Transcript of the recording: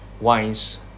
wines